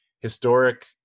historic